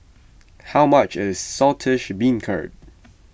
how much is Saltish Beancurd